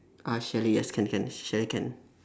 ah chalet yes can can chalet can